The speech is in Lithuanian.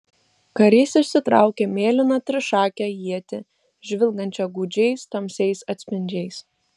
karys išsitraukė mėlyną trišakę ietį žvilgančią gūdžiais tamsiais atspindžiais